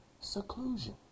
seclusion